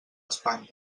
espanya